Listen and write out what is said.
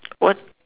what